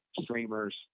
streamers